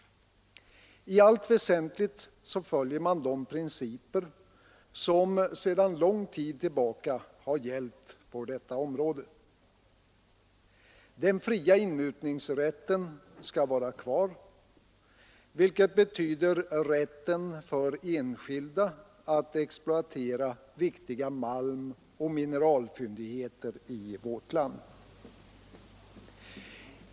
I allt väsentligt följer man de principer som sedan lång tid tillbaka har gällt på detta område. Den fria inmutningsrätten skall vara kvar, vilket betyder rätten för enskilda att exploatera viktiga malmoch mineralfyndigheter i vårt land.